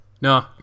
No